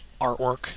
Artwork